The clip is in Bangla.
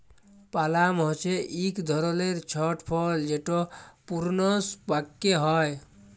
পালাম হছে ইক ধরলের ছট ফল যেট পূরুনস পাক্যে হয়